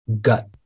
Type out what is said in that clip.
gut